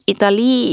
Italy